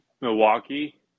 Milwaukee